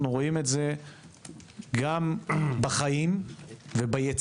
אנחנו רואים את זה גם בחיים, ביצירה,